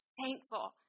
thankful